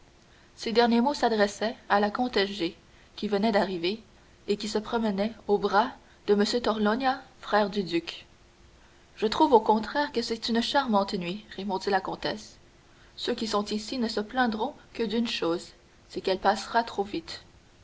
ces derniers mots s'adressaient à la comtesse g qui venait d'arriver et qui se promenait au bras de m torlonia frère du duc je trouve au contraire que c'est une charmante nuit répondit la comtesse et ceux qui sont ici ne se plaindront que d'une chose c'est qu'elle passera trop vite